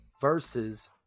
versus